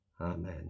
Amen